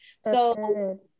So-